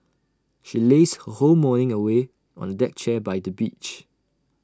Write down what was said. she lazed her whole morning away on A deck chair by the beach